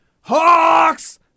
HAWKS